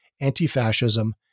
anti-fascism